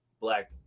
black